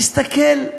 תסתכל,